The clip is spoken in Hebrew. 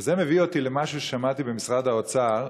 וזה מביא אותי למשהו ששמעתי במשרד האוצר,